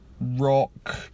rock